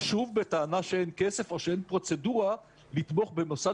ושוב בטענה שאין כסף או שאין פרוצדורה לתמוך במוסד